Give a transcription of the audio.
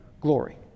glory